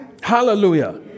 Hallelujah